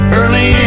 early